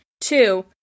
Two